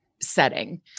setting